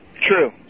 True